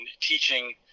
teaching